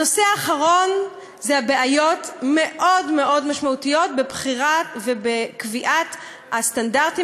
הנושא האחרון זה בעיות מאוד משמעותיות בבחירה ובקביעת הסטנדרטים,